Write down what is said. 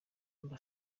amb